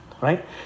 right